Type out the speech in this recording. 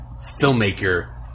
filmmaker